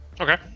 Okay